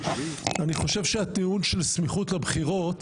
אני חושב שהטיעון של סמיכות לבחירות,